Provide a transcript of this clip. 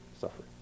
suffering